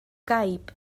gaib